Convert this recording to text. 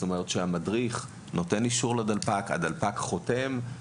אחד האיברים שיותר חשופים לפגיעה הם האוזניים,